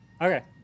Okay